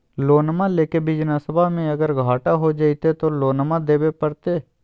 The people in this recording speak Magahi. लोनमा लेके बिजनसबा मे अगर घाटा हो जयते तो लोनमा देवे परते?